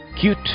Cute